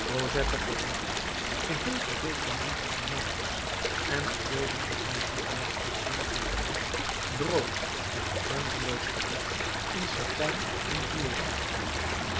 cosette verwonderd geheel vervuld van liefde voor marius en verlegen van dankbaarheid voor den heer gillenormand droomde van een grenzenloos geluk in satijn en fluweel